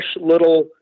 little